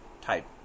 type